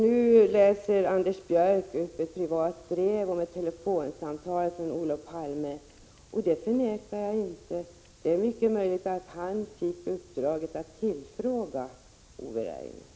Nu läser Anders Björck upp ett privat brev om ett telefonsamtal från Olof Palme. Det förnekar jag inte. Det är mycket möjligt att han fick uppdraget att tillfråga Ove Rainer.